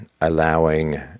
allowing